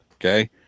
okay